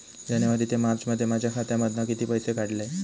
जानेवारी ते मार्चमध्ये माझ्या खात्यामधना किती पैसे काढलय?